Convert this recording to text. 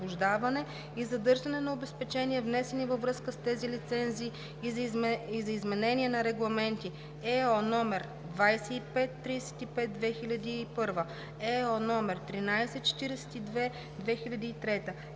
и задържане на обезпечения, внесени във връзка с тези лицензии, и за изменение на регламенти (ЕО) № 2535/2001, (ЕО) № 1342/2003,